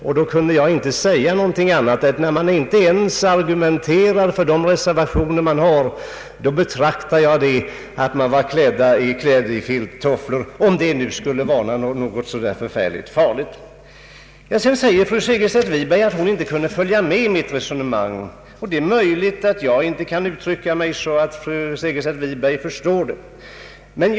Därför kunde jag inte säga någonting annat än att jag betraktar det som om man vore klädd i filttofflor när man inte ens argumenterar för sina reservationer. Fru Segerstedt Wiberg säger att hon inte kunde följa med i mitt resonemang. Det är möjligt att jag inte kan uttrycka mig så att fru Segerstedt Wiberg förstår vad jag menar.